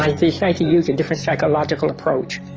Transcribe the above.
i decided to use a different psychological approach.